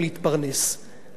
אם היו אומרים לי,